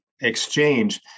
exchange